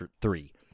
three